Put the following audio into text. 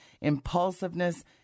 impulsiveness